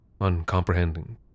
uncomprehending